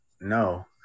No